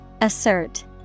Assert